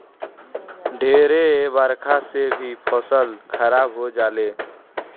ढेर बरखा से भी फसल खराब हो जाले